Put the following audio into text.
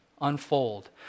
unfold